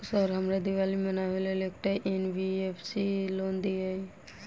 Sir हमरा दिवाली मनावे लेल एकटा एन.बी.एफ.सी सऽ लोन दिअउ?